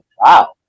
wow